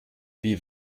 wie